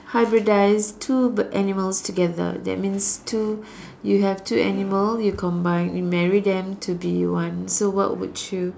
hybridize two b~ animals together that means two you have two animal you combine you marry them to be one so what would you